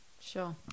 sure